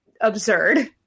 absurd